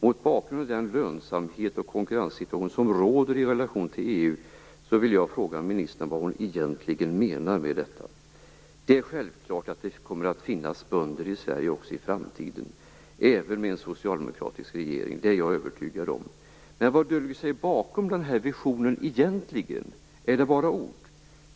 Mot bakgrund av den lönsamhet och konkurrenssituation som råder i relation till EU vill jag fråga ministern vad hon egentligen menar med detta. Det är självklart att det kommer att finnas bönder i Sverige också i framtiden, även med en socialdemokratisk regering - det är jag övertygad om. Men vad döljer sig bakom den här visionen egentligen? Är det bara ord?